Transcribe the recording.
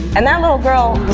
and that little girl was